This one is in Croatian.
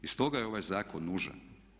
I stoga je ovaj zakon nužan.